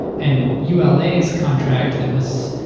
and ula's contract that was,